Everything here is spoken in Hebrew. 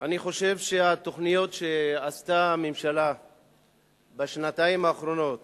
אני חושב שהתוכניות שעשתה הממשלה בשנתיים האחרונות